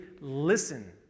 listen